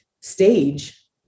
stage